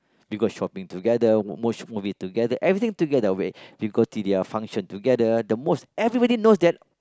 we go shopping together watch movie together everything together we we go T D L function together the most everybody knows that